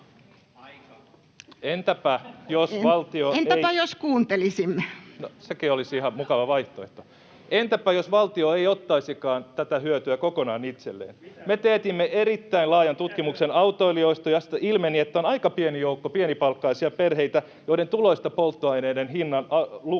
Entäpä jo valtio... No, sekin olisi ihan mukava vaihtoehto. — Entäpä jos valtio ei ottaisikaan tätä hyötyä kokonaan itselleen? [Ben Zyskowicz: Mitä hyötyä?] Me teetimme erittäin laajan tutkimuksen autoilijoista, josta ilmeni, että on aika pieni joukko pienipalkkaisia perheitä, joiden tuloista polttoaineiden hinnan arvo on